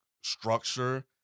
structure